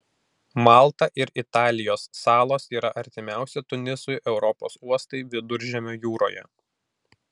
malta ir italijos salos yra artimiausi tunisui europos uostai viduržemio jūroje